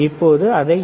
இப்போது அதை ஏ